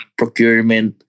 procurement